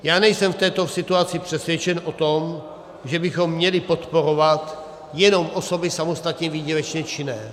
Já nejsem v této situaci přesvědčen o tom, že bychom měli podporovat jenom osoby samostatně výdělečně činné.